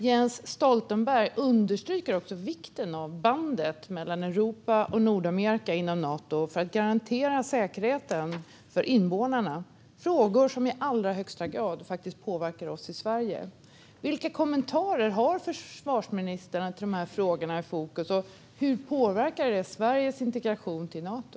Jens Stoltenberg understryker också vikten av bandet mellan Europa och Nordamerika inom Nato när det gäller förmågan att garantera säkerheten för invånarna. Detta är frågor som faktiskt i allra högsta grad påverkar oss i Sverige. Vilka kommentarer har försvarsministern till att dessa frågor är i fokus, och hur påverkar det Sveriges integration i Nato?